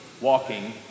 walking